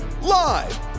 Live